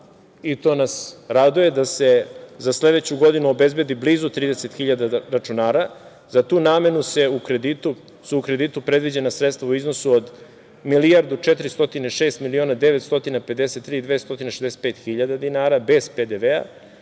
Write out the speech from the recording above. i to nas raduje, da se za sledeću godinu obezbedi blizu 30.000 računara. Za tu namenu su u kreditu predviđena sredstva u iznosu od 1.406.953.265 dinara bez PDV-a,